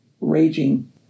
raging